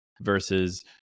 versus